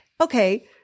okay